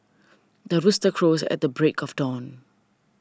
the rooster crows at the break of dawn